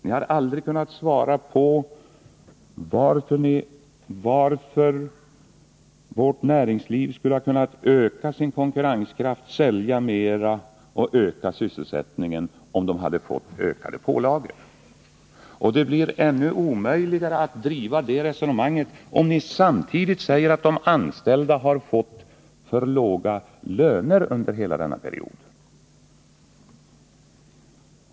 Ni har aldrig kunnat svarat på hur vårt näringsliv skulle ha kunnat öka sin konkurrenskraft, sälja mer och öka sysselsättningen, om man hade fått ökade pålagor. Det blir ännu omöjligare att driva det resonemanget om ni samtidigt säger att de anställda har fått för låga löner under hela den perioden.